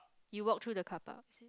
you walk through the car park